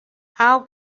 how